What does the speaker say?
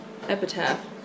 epitaph